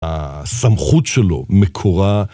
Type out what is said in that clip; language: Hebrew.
הסמכות שלו מקורה